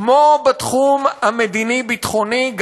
כמו בתחום המדיני-ביטחוני,